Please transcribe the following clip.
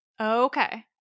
Okay